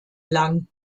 lang